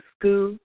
school